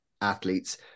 athletes